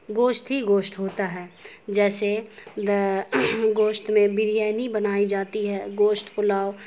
گوشت ہی گوشت ہوتا ہے جیسے گوشت میں بریانی بنائی جاتی ہے گوشت پلاؤ